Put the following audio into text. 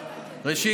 ראשית,